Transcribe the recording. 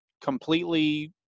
completely